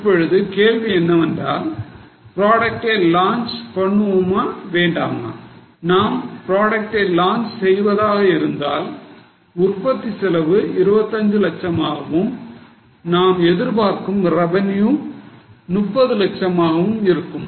இப்பொழுது கேள்வி என்னவென்றால் ப்ராடக்டை launch பண்ணுவோமா வேண்டாமா நாம் ப்ராடக்டை launch செய்வதாக இருந்தால் உற்பத்தி செலவு 25 லட்சமாகவும் நாம் எதிர்பார்க்கும் revenue 30 லட்சமாகவும் இருக்கும்